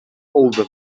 older